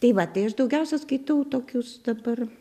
tai va tai aš daugiausiai skaitau tokius dabar